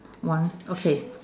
one okay